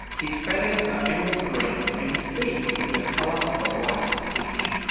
his feathers are emerald green and his beak is the colour of a ripe peach.